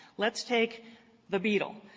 let's take the beetle,